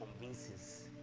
convinces